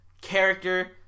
character